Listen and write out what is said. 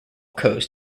coast